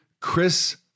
Chris